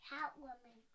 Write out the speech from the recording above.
Catwoman